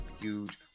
huge